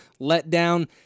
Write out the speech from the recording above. letdown